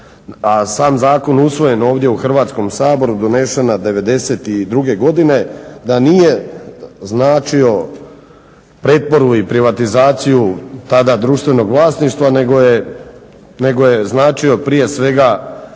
a sam zakon usvojen ovdje u Hrvatskom saboru donesena '92. godine, da nije značio pretvorbu i privatizaciju tada društvenog vlasništva nego je značio prije svega